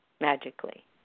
Magically